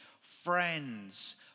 friends